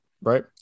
Right